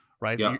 right